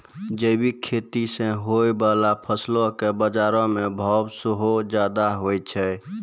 जैविक खेती से होय बाला फसलो के बजारो मे भाव सेहो ज्यादा होय छै